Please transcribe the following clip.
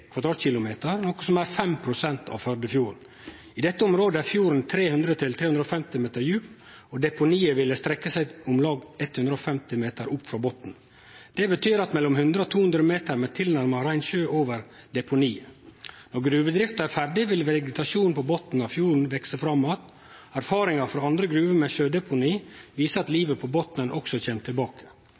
meter djup, og deponiet vil strekkje seg om lag 150 meter opp frå botnen. Det betyr at det blir mellom 100 og 200 meter med tilnærma rein sjø over deponiet. Når gruvedrifta er ferdig, vil vegetasjonen på botnen av fjorden vekse fram att. Erfaringane frå andre gruver med sjødeponi viser at livet på botnen også kjem tilbake.